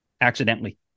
accidentally